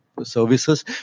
services